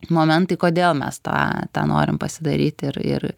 momentai kodėl mes tą tą norim pasidaryt ir ir